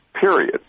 Period